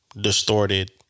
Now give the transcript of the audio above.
distorted